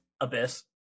Abyss